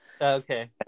Okay